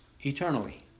eternally